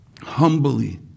humbly